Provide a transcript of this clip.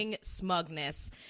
smugness